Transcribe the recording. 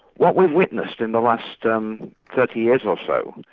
what we've witnessed in the last um thirty years or so,